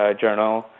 journal